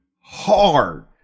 hard